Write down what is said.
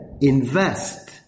Invest